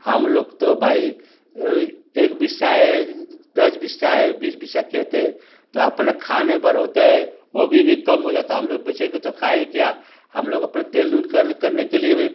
हम लोग तो भाई एक बीसा है दस बीसा है बीस बीसा खेत है तो अपने खाने भर होता है वो अभी भी कम हो जाता तो हम लोग बेचेंगे तो खाएँ क्या हम लोग अपने तेल उल करने करने के लिए भी